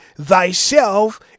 thyself